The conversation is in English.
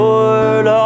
Lord